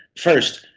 first,